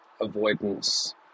avoidance